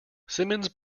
simmons